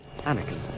Anakin